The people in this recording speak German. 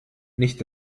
nicht